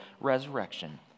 resurrection